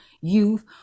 youth